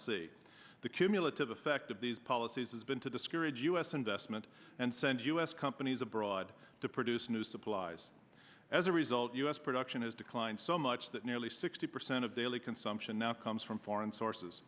see the cumulative effect of these policies has been to discourage us investment and send us companies abroad to produce new supplies as a result u s production has declined so much that nearly sixty percent of daily consumption now comes from foreign sources